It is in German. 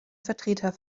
vertreter